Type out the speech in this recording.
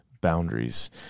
boundaries